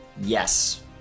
Yes